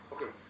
Okay